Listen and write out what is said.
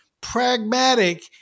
pragmatic